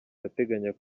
ndateganya